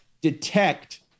detect